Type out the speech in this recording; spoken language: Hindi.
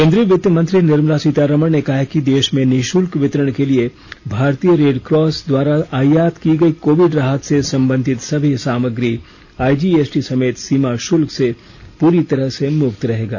केन्द्रीय वित्त मंत्री निर्मला सीतारमन ने कहा है कि देश में निशुल्क वितरण के लिए भारतीय रेड क्रॉस द्वारा आयात की गई कोविड राहत से संबंधित सभी सामग्री आईजीएसटी समेत सीमा शुल्क से पूरी तरह से मुक्त रहेगा